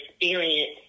experience